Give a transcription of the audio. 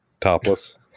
topless